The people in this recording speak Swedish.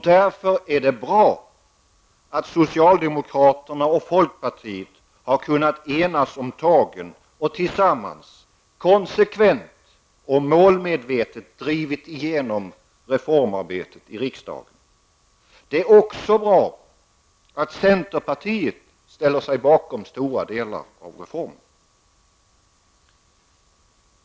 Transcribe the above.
Därför är det bra att socialdemokraterna och folkpartiet har kunnat enas om tagen och tillsammans konsekvent och målmedvetet har drivit igenom reformarbetet i riksdagen. Det är också bra att centerpartiet ställer sig bakom stora delar av reformen.